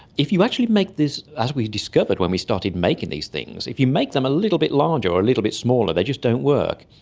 if you actually make this, as we discovered when we started making these things, if you make them a little bit larger or a little bit smaller, they just don't work.